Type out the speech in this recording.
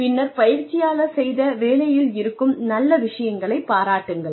பின்னர் பயிற்சியாளர் செய்த வேலையில் இருக்கும் நல்ல விஷயங்களை பாராட்டுங்கள்